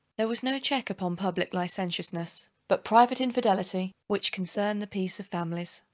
there was no check upon public licentiousness but private infidelity, which concerned the peace of families,